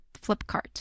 Flipkart